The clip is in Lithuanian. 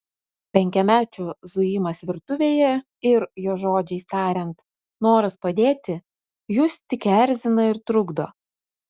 penkiamečio zujimas virtuvėje ir jo žodžiais tariant noras padėti jus tik erzina ir trukdo